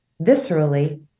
viscerally